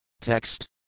Text